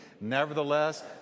Nevertheless